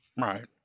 Right